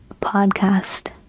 podcast